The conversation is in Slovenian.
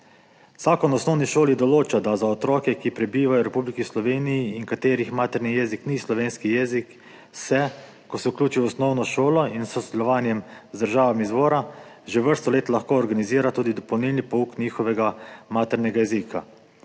Zakon o osnovni šoli določa, da za otroke, ki prebivajo v Republiki Sloveniji in katerih materni jezik ni slovenski jezik, ko se vključijo v osnovno šolo in s sodelovanjem z državami izvora, se že vrsto let lahko organizira tudi dopolnilni pouk njihovega maternega jezika,